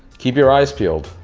keep your eyes peeled.